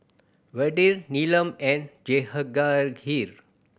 Vedre Neelam and